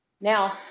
Now